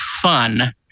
fun